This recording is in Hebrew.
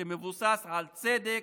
שמבוסס על צדק,